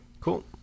Cool